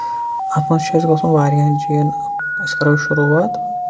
اَتھ منٛز چھُ اَسہِ گژھُن واریاہن جاین أسۍ کرو شُروعات